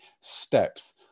steps